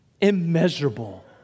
immeasurable